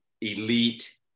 elite